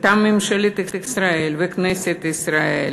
מטעם ממשלת ישראל וכנסת ישראל,